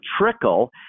trickle